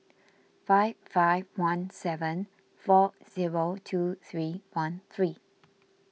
five five one seven four zero two three one three